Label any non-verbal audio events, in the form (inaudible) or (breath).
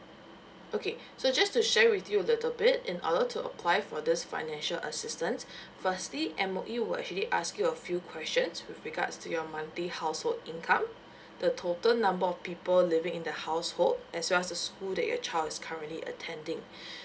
okay so just to share with you a little bit in order to apply for this financial assistance firstly M_O_E will actually ask you a few questions with regards to your monthly household income the total number of people living in the household as well as the school that your child is currently attending (breath)